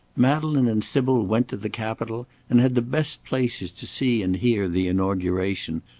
madeleine and sybil went to the capitol and had the best places to see and hear the inauguration,